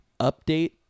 update